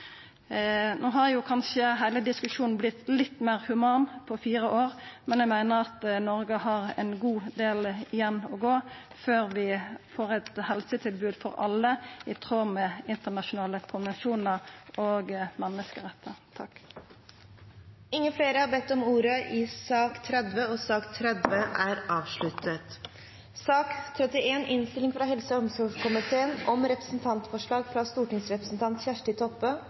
No har kanskje heile diskusjonen vorte litt meir human på fire år, men eg meiner at Noreg har ein veg å gå før vi får eit helsetilbod for alle, i tråd med internasjonale konvensjonar og menneskerettar. Flere har ikke bedt om ordet til sak nr. 30. Etter ønske fra helse- og